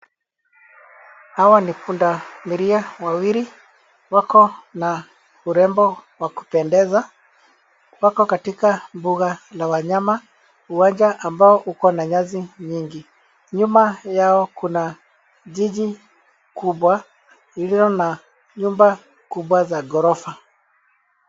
Hawa ni pundamilia wawili. Wako na urembo wa kupendeza. Wako katika mbuga la wanyama, uwanja ambao uko na nyasi nyingi. Nyuma yao kuna jiji kubwa iliyo na nyumba kubwa z aghorofa.